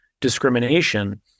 discrimination